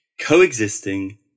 coexisting